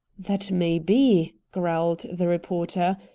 that may be, growled the reporter,